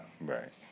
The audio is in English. Right